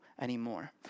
anymore